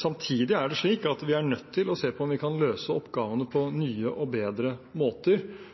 Samtidig er vi nødt til å se på om vi kan løse oppgavene på nye og bedre måter